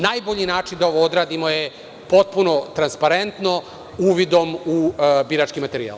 Najbolji način da ovo odradimo je potpuno transparentno uvidom u birački materijal.